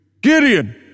Gideon